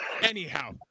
Anyhow